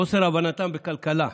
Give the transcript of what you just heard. חוסר הבנתם בכלכלה,